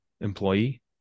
employee